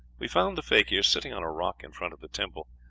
we found the fakir sitting on a rock in front of the temple,